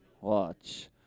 Watch